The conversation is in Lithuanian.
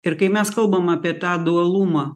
ir kai mes kalbam apie tą dualumą